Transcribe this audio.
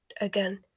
again